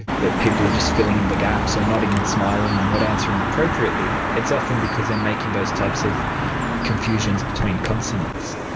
that people are just filling in the gaps or nodding and smiling or not answering appropriately, it's often because they are making those types of confusions between consonants.